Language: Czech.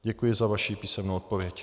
Děkuji za vaši písemnou odpověď.